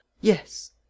Yes